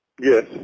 Yes